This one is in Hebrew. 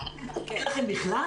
המצגת?